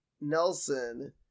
Nelson